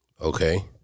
Okay